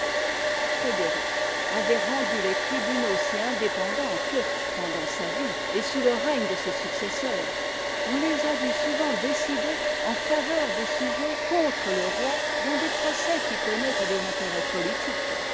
frédéric avait rendu les tribunaux si indépendants que pendant sa vie et sous le règne de ses successeurs on les a vus souvent décider en faveur des sujets contre le roi dans des procès qui tenaient à des intérêts politiques